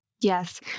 Yes